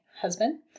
husband